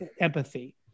empathy